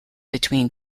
between